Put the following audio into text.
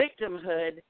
victimhood